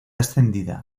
extendida